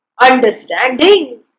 understanding